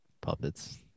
puppets